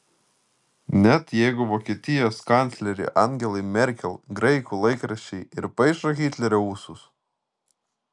net jeigu vokietijos kanclerei angelai merkel graikų laikraščiai ir paišo hitlerio ūsus